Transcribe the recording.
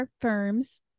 firms